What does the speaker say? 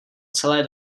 celé